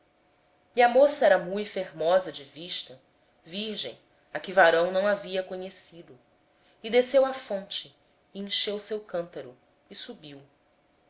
ombro a donzela era muito formosa à vista virgem a quem varão não havia conhecido ela desceu à fonte encheu o seu cântaro e subiu